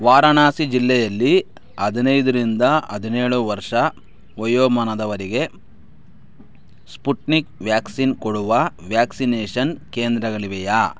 ವಾರಣಾಸಿ ಜಿಲ್ಲೆಯಲ್ಲಿ ಹದಿನೈದರಿಂದ ಹದಿನೇಳು ವರ್ಷ ವಯೋಮಾನದವರಿಗೆ ಸ್ಪುಟ್ನಿಕ್ ವ್ಯಾಕ್ಸಿನ್ ಕೊಡುವ ವ್ಯಾಕ್ಸಿನೇಷನ್ ಕೇಂದ್ರಗಳಿವೆಯೇ